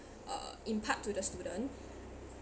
uh impart to the student